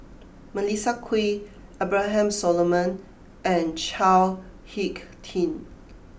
Melissa Kwee Abraham Solomon and Chao Hick Tin